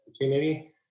opportunity